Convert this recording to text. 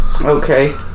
Okay